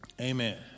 Amen